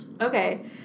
Okay